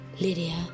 Lydia